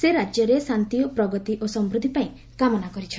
ସେ ରାଜ୍ୟରେ ଶାନ୍ତି ପ୍ରଗତି ଓ ସମୃଦ୍ଧି ପାଇଁ କାମନା କରିଛନ୍ତି